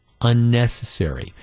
unnecessary